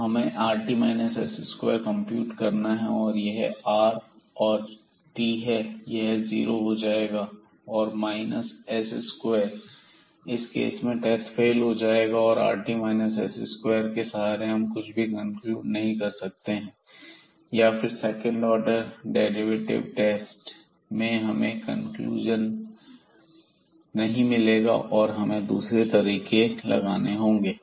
अब हमें rt s2 को कंप्यूट करना है और यह r और t है यह जीरो हो जाएगा और माइनस s स्क्वायर जीरो है तो इस केस में टेस्ट फेल हो जाएगा और rt s2 के सहारे हम कुछ भी कनक्लूड नहीं कर सकते या फिर सेकंड आर्डर डेरिवेटिव टेस्ट से हमें कंक्लूजन नहीं मिलेगा और हमें दूसरा तरीका इस पॉइंट के लिए लगाना होगा